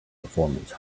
performance